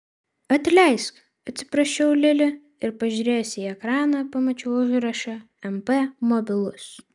atleisk atsiprašiau lili ir pažiūrėjusi į ekraną pamačiau užrašą mp mobilus